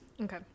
Okay